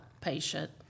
patient